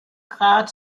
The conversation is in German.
grad